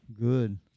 Good